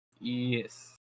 Yes